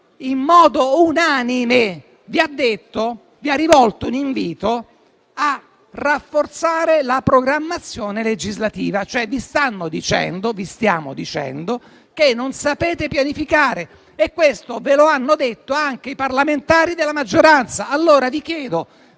in modo unanime vi ha rivolto un invito a rafforzare la programmazione legislativa. In sostanza vi stanno, anzi vi stiamo dicendo che non sapete pianificare e questo ve lo hanno detto anche i parlamentari della maggioranza. Vi chiedo,